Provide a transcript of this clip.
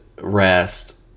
rest